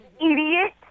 idiot